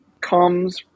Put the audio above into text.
comes